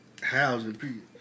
housing